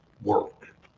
work